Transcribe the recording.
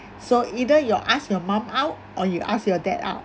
so either you ask your mom out or you ask your dad out